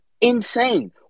insane